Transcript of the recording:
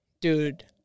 dude